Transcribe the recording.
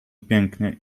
pięknie